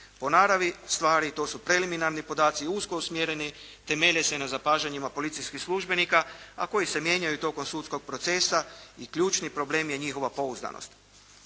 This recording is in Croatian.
Po naravi stvari to su preliminarni podaci usko usmjereni. Temelje se na zapažanjima policijskih službenika, a koji se mijenjaju tokom sudskog procesa i ključni problem je njihova pouzdanost.